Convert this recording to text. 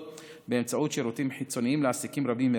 באמצעות שירותים חיצוניים לעסקים רבים מרחוק,